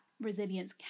resilience